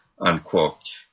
unquote